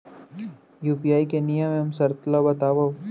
UPI के नियम एवं शर्त ला बतावव